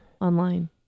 online